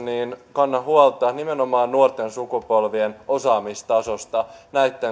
kannan huolta nimenomaan nuorten sukupolvien osaamistasosta näitten